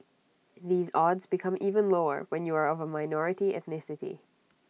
these odds become even lower when you are of minority ethnicity